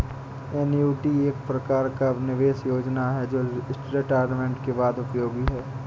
annuity एक प्रकार का निवेश योजना है जो रिटायरमेंट के बाद उपयोगी है